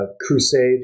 crusade